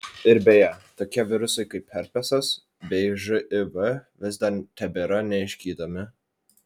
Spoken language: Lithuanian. ir beje tokie virusai kaip herpesas bei živ vis dar tebėra neišgydomi